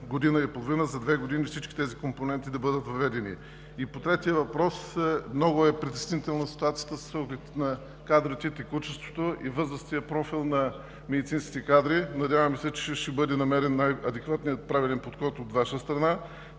година и половина, за две години всички тези компоненти да бъдат въведени. И по третия въпрос – много е притеснителна ситуацията с оглед на кадрите, текучеството и възрастовия профил на медицинските кадри. Надяваме се, че ще бъде намерен най-адекватният правилен подход от Ваша страна,